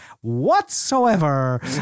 whatsoever